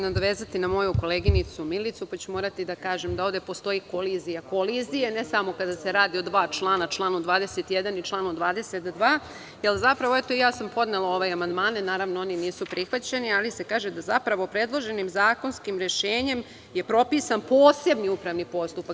Nadovezaću se na moju koleginicu Milicu, pa ću morati da kažem da ovde postoji kolizija kolizije, ne samo kada se radi od dva člana, članu 21. i članu 22, jer zapravo, eto, ja sam podnela ove amandmane, naravno, oni nisu prihvaćeni, ali se kaže da zapravo predloženim zakonskim rešenjem je propisan posebni upravni postupak.